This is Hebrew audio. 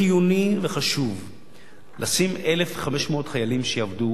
חיוני וחשוב לשים 1,500 חיילים שיעבדו